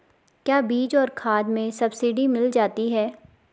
क्या बीज और खाद में सब्सिडी मिल जाती है?